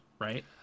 right